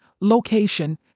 location